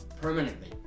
permanently